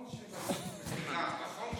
נכון,